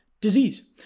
disease